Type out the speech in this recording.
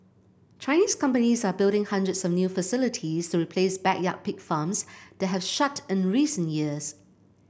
Chinese companies are building hundreds of new facilities to replace backyard pig farms that have shut in recent years